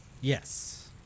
Yes